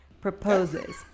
proposes